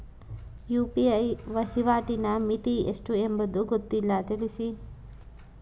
UPI ವಹಿವಾಟಿನ ಮಿತಿ ಎಷ್ಟು ಎಂಬುದು ಗೊತ್ತಿಲ್ಲ? ತಿಳಿಸಿ?